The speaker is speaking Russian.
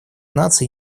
наций